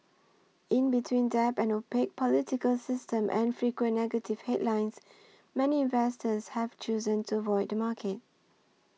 in between debt an opaque political system and frequent negative headlines many investors have chosen to avoid the market